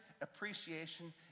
appreciation